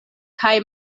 kaj